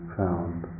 found